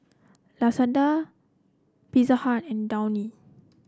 Lazada Pizza Hut and Downy